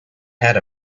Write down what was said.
had